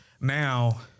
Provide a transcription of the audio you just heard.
now